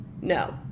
No